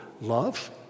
love